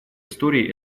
истории